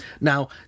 Now